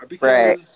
Right